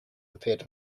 appeared